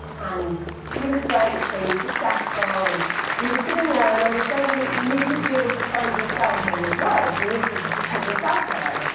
and he was french and successful. and we were sitting there and i was saying to him, you need to be able to find yourself in these words. you need to sort of put yourself here.